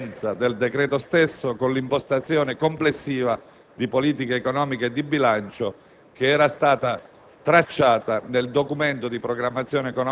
tenuto, rivendicando la coerenza del decreto stesso con l'impostazione complessiva di politica economica e di bilancio tracciata